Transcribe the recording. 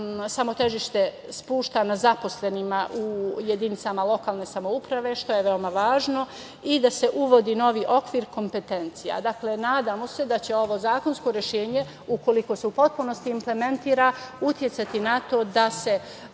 samo težište spušta na zaposlenima u jedinicama lokalne samouprave, što je veoma važno, i da se uvodi novi okvir kompetencija. Dakle, nadamo se da će ovo zakonsko rešenje, ukoliko se u potpunosti implementira, uticati na to da se